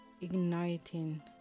igniting